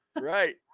Right